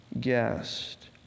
guest